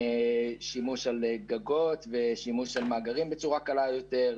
שימוש על גגות ושימוש על מאגרים בצורה קלה יותר,